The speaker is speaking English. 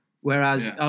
Whereas